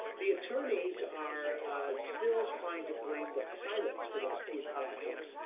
the attorneys are still trying to blame the pilots for those two crashes,